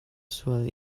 sual